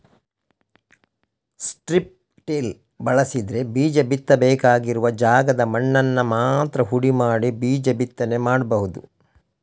strip till ಬಳಸಿದ್ರೆ ಬೀಜ ಬಿತ್ತಬೇಕಾಗಿರುವ ಜಾಗದ ಮಣ್ಣನ್ನ ಮಾತ್ರ ಹುಡಿ ಮಾಡಿ ಬೀಜ ಬಿತ್ತನೆ ಮಾಡ್ಬಹುದು